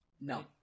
No